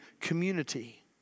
community